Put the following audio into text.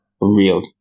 real